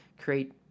create